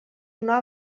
una